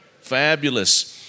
Fabulous